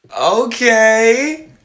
Okay